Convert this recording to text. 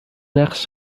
نقش